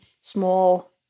small